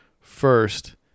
first